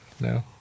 No